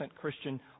Christian